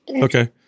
Okay